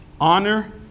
Honor